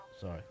Sorry